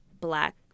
black